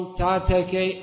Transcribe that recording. tateke